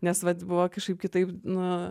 nes vat buvo kažkaip kitaip nu